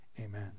amen